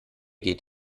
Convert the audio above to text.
geht